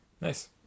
Nice